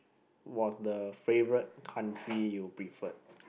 was the favourite country you preferred